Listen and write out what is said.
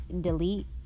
Delete